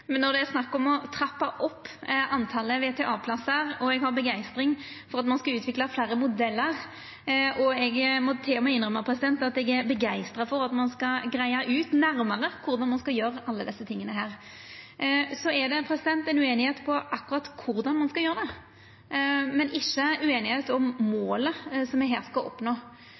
når det er snakk om å trappa opp antalet VTA-plassar, og eg har begeistring for at ein skal utvikla fleire modellar. Eg må til og med innrømma at eg er begeistra for at ein skal greia ut nærmare korleis ein skal gjere alle desse tinga. Så er det ei ueinigheit om akkurat korleis ein skal gjera det, men ikkje ueinigheit om målet som me her skal oppnå.